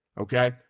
Okay